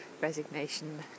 resignation